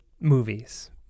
movies